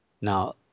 Now